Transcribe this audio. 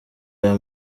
aya